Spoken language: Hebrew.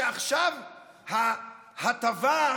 ההטבה,